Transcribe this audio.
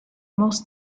most